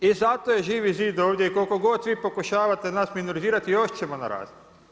I zato je Živi zid ovdje i koliko god vi pokušavate nas minorizirati još ćemo narasti.